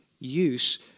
use